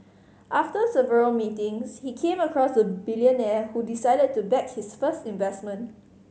after several meetings he came across a billionaire who decided to back his first investment